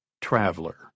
Traveler